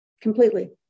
completely